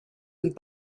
and